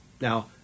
Now